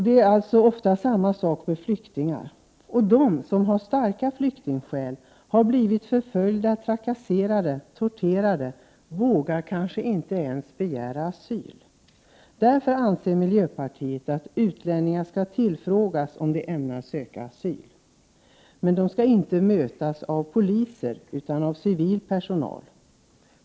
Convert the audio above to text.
De som har starka flyktingskäl — sådana som har blivit förföljda, trakasserade eller torterade — vågar kanske inte ens begära asyl. Därför anser vi i miljöpartiet att man skall fråga utlänningar om de ämnar söka asyl. De skall dock inte mötas av polisen utan av civil personal.